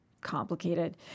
complicated